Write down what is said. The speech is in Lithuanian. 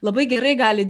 labai gerai gali